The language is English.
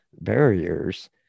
barriers